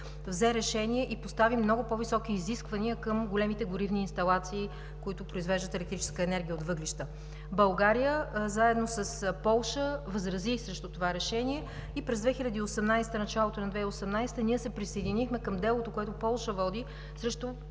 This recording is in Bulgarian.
взе решение и постави много по-високи изисквания към големите горивни инсталации, които произвеждат електрическа енергия от въглища. България заедно с Полша възрази срещу това решение и в началото на 2018 г. ние се присъединихме към делото, което води Полша, срещу